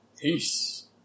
Peace